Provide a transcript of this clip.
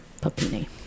Papini